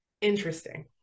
Interesting